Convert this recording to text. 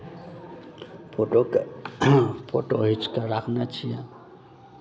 फोटोके फोटो घीच कऽ राखने छियै